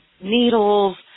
needles